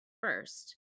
first